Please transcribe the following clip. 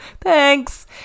Thanks